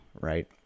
right